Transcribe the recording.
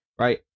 right